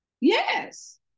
yes